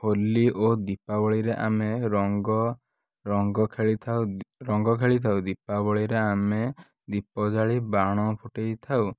ହୋଲି ଓ ଦୀପାବଳୀରେ ଆମେ ରଙ୍ଗ ରଙ୍ଗ ଖେଳିଥାଉ ରଙ୍ଗ ଖେଳିଥାଉ ଦୀପାବଳିରେ ଆମେ ଦୀପ ଜାଳି ବାଣ ଫୁଟେଇଥାଉ